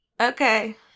Okay